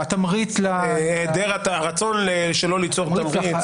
התמריץ ----- היעדר הרצון שלא ליצור תמריץ.